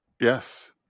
Yes